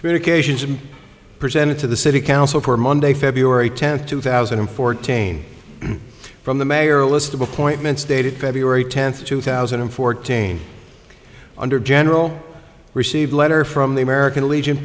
communications and presented to the city council for monday february tenth two thousand and fourteen from the mayor list of appointments dated february tenth two thousand and fourteen under general received a letter from the american legion